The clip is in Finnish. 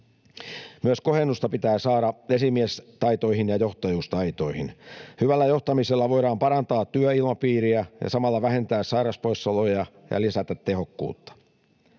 ja muita etuja. Myös esimiestaitoihin ja johtajuustaitoihin pitää saada kohennusta. Hyvällä johtamisella voidaan parantaa työilmapiiriä ja samalla vähentää sairauspoissaoloja ja lisätä tehokkuutta.